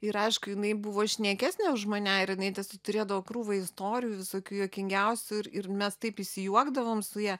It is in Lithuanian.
ir aišku jinai buvo šnekesnė už mane ir jinai tiesiog turėdavo krūvą istorijų visokių juokingiausių ir ir mes taip įsijuokdavom su ja